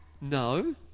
No